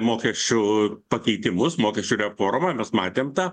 mokesčių pakeitimus mokesčių reformą matėm tą